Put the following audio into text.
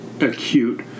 acute